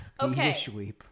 Okay